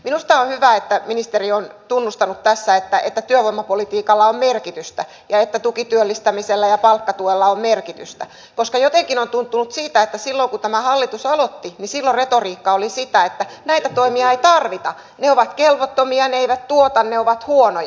minusta on hyvä että ministeri on tunnustanut tässä että työvoimapolitiikalla on merkitystä ja että tukityöllistämisellä ja palkkatuella on merkitystä koska jotenkin on tuntunut siltä että silloin kun tämä hallitus aloitti retoriikka oli sitä että näitä toimia ei tarvita ne ovat kelvottomia ne eivät tuota ne ovat huonoja